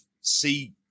see